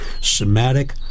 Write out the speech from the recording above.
somatic